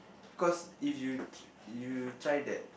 cause if you tr~ if you try that